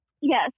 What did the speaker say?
Yes